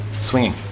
swinging